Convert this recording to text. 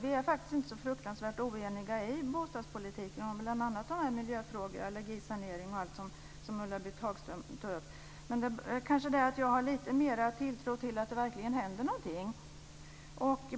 Vi är faktiskt inte så förfärligt oeniga i bostadspolitiken, om vi tar miljöfrågor, allergisanering och det som Ulla-Britt Jag har kanske lite större tilltro till att det verkligen händer något.